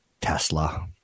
Tesla